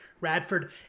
Radford